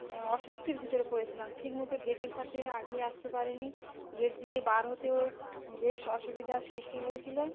অস্বস্তির ভিতরে পড়েছিলাম ঠিকমতো গেটের কাছে আগিয়ে আসতে পারিনি গেট দিয়ে বার হতেও বেশ অসুবিধার সৃষ্টি হয়েছিলো